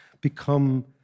become